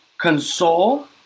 console